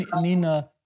Nina